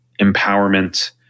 empowerment